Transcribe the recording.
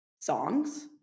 songs